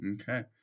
Okay